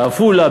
בעפולה,